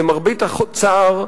למרבה הצער,